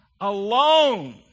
alone